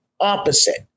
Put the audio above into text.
opposite